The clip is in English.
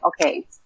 okay